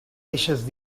eixes